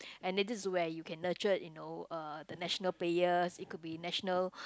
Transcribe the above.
and then this where you can nurtured you know uh the national player it could be national